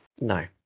No